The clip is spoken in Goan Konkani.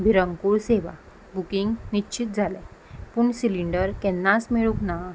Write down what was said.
बिरंकूळ सेवा बुकींग निश्चीत जाले पूण सिलींडर केन्नाच मेळूंक ना